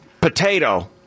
potato